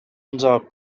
unserer